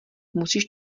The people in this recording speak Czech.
musíš